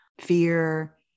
fear